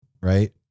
right